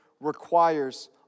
requires